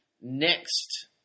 next